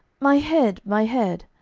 my head, my head.